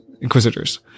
Inquisitors